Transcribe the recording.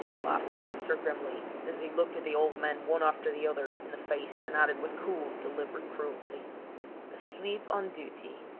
laughed the officer grimly, as he looked at the old men one after the other in the face and added with cool deliberate cruelty asleep on duty!